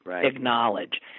acknowledge